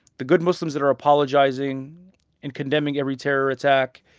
the good muslims that are apologizing and condemning every terror attack.